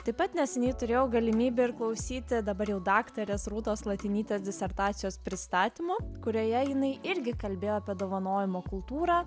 taip pat neseniai turėjau galimybę ir klausyti dabar jau daktarės rūtos latinytės disertacijos pristatymo kurioje jinai irgi kalbėjo apie dovanojimo kultūrą